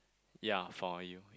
ya for you